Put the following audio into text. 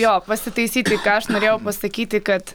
jo pasitaisyti ką aš norėjau pasakyti kad